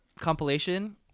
compilation